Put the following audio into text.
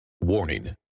Warning